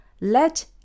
let